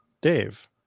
Dave